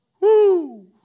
Woo